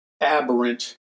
aberrant